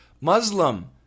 Muslim